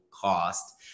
cost